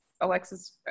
Alexis